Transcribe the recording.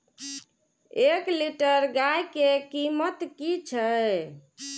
एक लीटर गाय के कीमत कि छै?